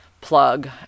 plug